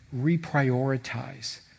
reprioritize